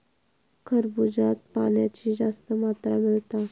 खरबूज्यात पाण्याची जास्त मात्रा मिळता